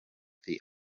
the